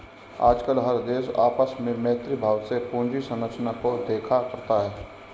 आजकल हर देश आपस में मैत्री भाव से पूंजी संरचना को देखा करता है